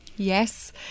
Yes